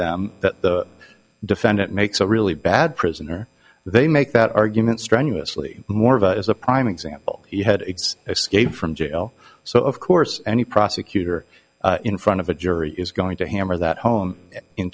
them that the defendant makes a really bad prisoner they make that argument strenuously morva is a prime example he had eggs escaped from jail so of course any prosecutor in front of a jury is going to hammer that home in